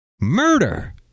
Murder